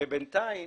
ובינתיים